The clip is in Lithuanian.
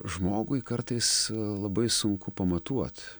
žmogui kartais labai sunku pamatuot